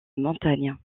montagne